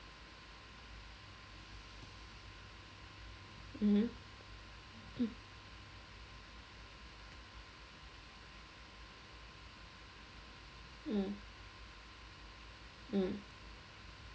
mmhmm mm mm